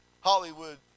Hollywood